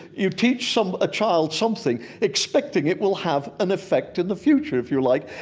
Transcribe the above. you teach some a child something expecting it will have an effect in the future, if you like.